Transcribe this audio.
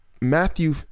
Matthew